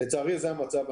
לצערי זה המצב.